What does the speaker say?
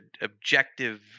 objective